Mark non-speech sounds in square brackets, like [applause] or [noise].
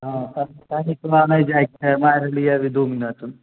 हँ [unintelligible] नहि जाइके हइ हम आ रहलियै दू मिनटमे